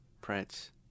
Prince